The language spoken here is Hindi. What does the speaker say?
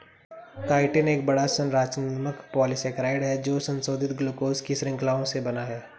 काइटिन एक बड़ा, संरचनात्मक पॉलीसेकेराइड है जो संशोधित ग्लूकोज की श्रृंखलाओं से बना है